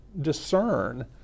discern